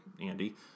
Andy